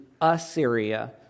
Assyria